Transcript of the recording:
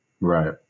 Right